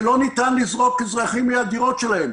שלא ניתן לזרוק אזרחים מן הדירות שלהם.